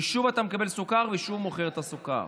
שוב אתה מקבל סוכר ושוב מוכר את הסוכר.